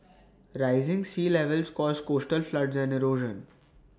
rising sea levels cause coastal floods and erosion